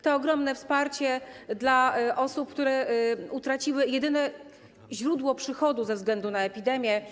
To ogromne wsparcie dla osób, które utraciły jedyne źródło przychodu ze względu na epidemię.